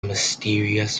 mysterious